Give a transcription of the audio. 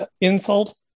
insult